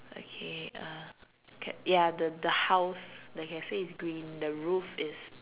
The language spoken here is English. okay uh cat ya the the house the cafe is green the roof is